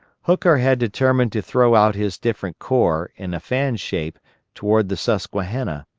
hooker had determined to throw out his different corps in a fan shape toward the susquehanna,